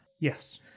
Yes